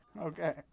Okay